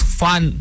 fun